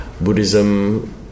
Buddhism